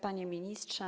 Panie Ministrze!